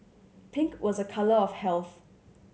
pink was a colour of health